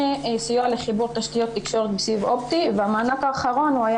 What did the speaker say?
סיוע לחיבור תשתיות תקשורת בסיב אופטי והמענק האחרון היה